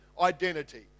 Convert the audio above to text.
identity